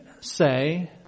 say